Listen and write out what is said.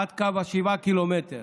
עד קו 7 ק"מ.